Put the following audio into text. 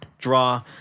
draw